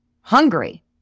hungry